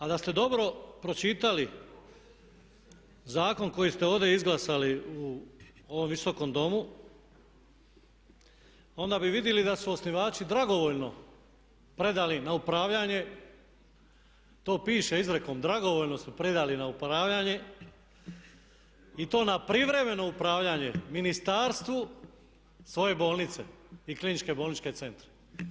A da ste dobro pročitali zakon koji ste ovdje izglasali u ovom Visokom domu onda bi vidjeli da su osnivači dragovoljno predali na upravljanje, to piše izrijekom, dragovoljno su predali na upravljanje i to na privremeno upravljanje ministarstvu svoje bolnice i kliničke bolničke centre.